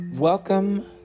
Welcome